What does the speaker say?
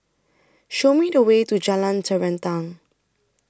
Show Me The Way to Jalan Terentang